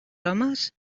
homes